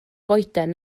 goeden